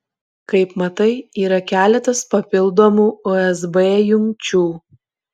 kaip matai yra keletas papildomų usb jungčių